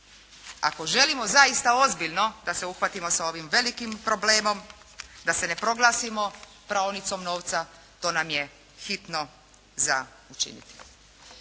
Ako želimo zaista ozbiljno da se uhvatimo sa ovim velikim problemom, da se ne proglasimo praonicom novca, to nam je hitno za učiniti.